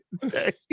today